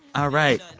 all right,